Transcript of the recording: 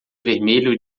vermelho